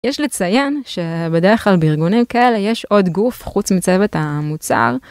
יש לציין שבדרך כלל בארגונים כאלה יש עוד גוף חוץ מצוות המוצר.